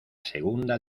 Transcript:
segunda